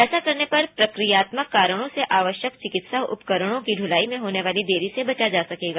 ऐसा करने पर प्रक्रियात्मक कारणों से आवश्यक चिकित्सा उपकरणों की द्लाई में होने वाली देरी से बचा जा सकेगा